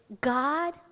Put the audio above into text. God